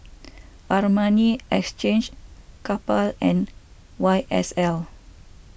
Armani Exchange Kappa and Y S L